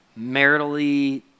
Maritally